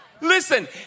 Listen